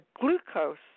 glucose